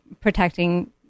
protecting